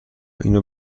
اینو